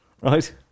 right